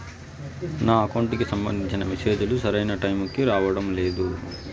నా అకౌంట్ కి సంబంధించిన మెసేజ్ లు సరైన టైముకి రావడం లేదు